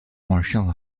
martial